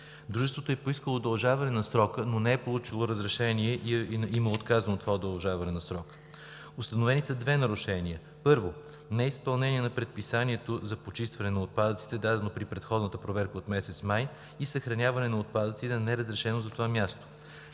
Дружеството е поискало удължаване на срока, но не е получило разрешение и му е отказано това удължаване на срока. Установени са две нарушения. Първо, неизпълнение на предписанието за почистване на отпадъците, дадено при предходната проверка от месец май, и съхраняване на отпадъци на неразрешено за това място.